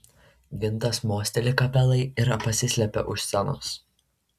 gintas mosteli kapelai ir pasislepia už scenos